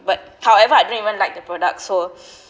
but however I didn't even like the product so